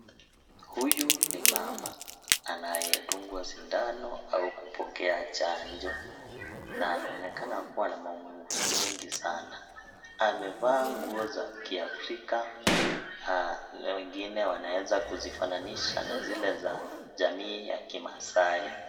Huyu ni mama anayedungwa sindano au kupokea janjo na anaonekana kuwa na maumivu mingi sana, amevaa nguo za kiafrika na wengine wanaeza kuzifananisha na zile za jamii ya kimaasai.